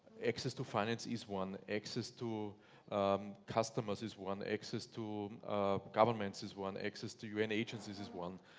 access to finance is one. access to um customers is one. access to governments is one. access to u n. agencies is one.